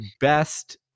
best